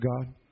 God